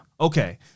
Okay